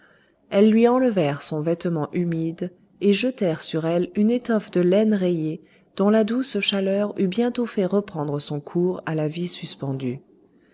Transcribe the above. elles lui enlevèrent son vêtement humide et jetèrent sur elle une étoffe de laine rayée dont la douce chaleur eut bientôt fait reprendre son cours à la vie suspendue